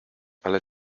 ale